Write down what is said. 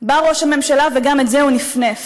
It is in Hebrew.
בא ראש הממשלה וגם את זה הוא נפנף